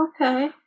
Okay